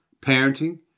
parenting